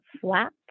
flat